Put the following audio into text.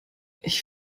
ich